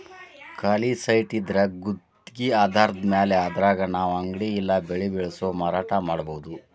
ಖಾಲಿ ಸೈಟಿದ್ರಾ ಗುತ್ಗಿ ಆಧಾರದ್ಮ್ಯಾಲೆ ಅದ್ರಾಗ್ ನಾವು ಅಂಗಡಿ ಇಲ್ಲಾ ಬೆಳೆ ಬೆಳ್ಸಿ ಮಾರಾಟಾ ಮಾಡ್ಬೊದು